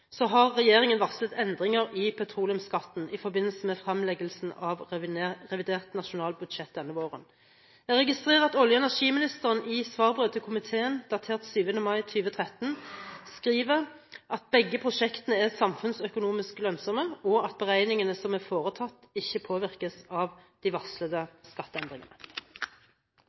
har regjeringen varslet endringer i petroleumsskatten i forbindelse med fremleggelsen av revidert nasjonalbudsjett denne våren. Jeg registrerer at olje- og energiministeren i svarbrev til komiteen datert den 7. mai 2013 skriver at begge prosjektene er samfunnsøkonomisk lønnsomme, og at beregningene som er foretatt, ikke påvirkes av de varslede skatteendringene.